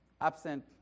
absent